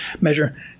measure